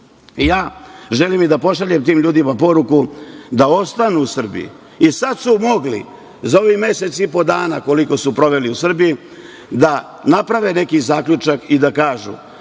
želim i da pošaljem tim ljudima poruku da ostanu u Srbiji i sada su mogli za ovih mesec i po dana, koliko su proveli u Srbiji da naprave neki zaključak i da kažu